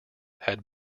had